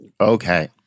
Okay